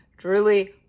truly